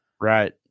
Right